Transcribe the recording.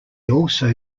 also